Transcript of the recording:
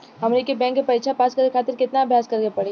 हमनी के बैंक के परीक्षा पास करे खातिर केतना अभ्यास करे के पड़ी?